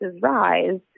rise